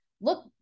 look